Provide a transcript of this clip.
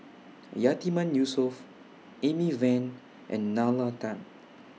Yatiman Yusof Amy Van and Nalla Tan